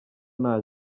nta